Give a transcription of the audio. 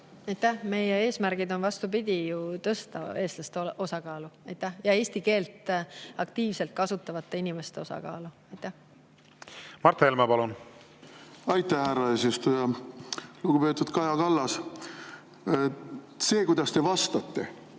Meie eesmärgid on, vastupidi, tõsta eestlaste osakaalu ja eesti keelt aktiivselt kasutavate inimeste osakaalu. Aitäh, härra eesistuja! Lugupeetud Kaja Kallas! See, kuidas te vastate,